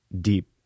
deep